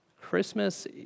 Christmas